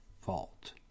fault